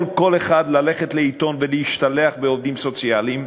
כל אחד יכול ללכת לעיתון ולהשתלח בעובדים סוציאליים,